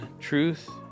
truth